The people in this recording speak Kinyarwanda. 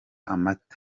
amata